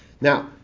Now